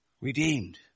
redeemed